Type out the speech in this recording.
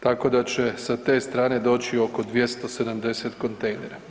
Tako da će sa te strane doći oko 270 kontejnera.